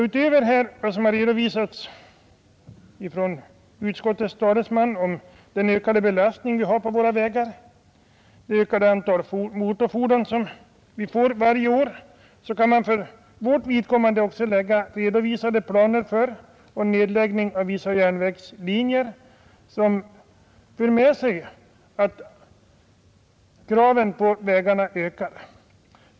Utöver vad som har sagts av utskottets talesman — den ökade belastning vi har på våra vägar, den ökning av antalet motorfordon som vi får varje år — kan vi hänvisa till att det finns redovisade planer på nedläggning av vissa järnvägslinjer, vilket för med sig att kraven på vägarna ökar.